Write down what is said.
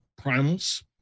primals